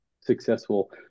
successful